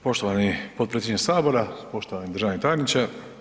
Poštovani potpredsjedniče Sabora, poštovani državni tajniče.